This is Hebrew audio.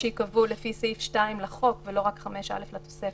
שייקבעו לפי סעיף 2 לחוק ולא רק 5(א) לתוספת.